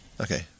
Okay